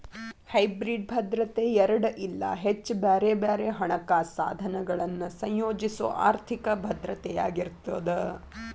hybrid ಭದ್ರತೆ ಎರಡ ಇಲ್ಲಾ ಹೆಚ್ಚ ಬ್ಯಾರೆ ಬ್ಯಾರೆ ಹಣಕಾಸ ಸಾಧನಗಳನ್ನ ಸಂಯೋಜಿಸೊ ಆರ್ಥಿಕ ಭದ್ರತೆಯಾಗಿರ್ತದ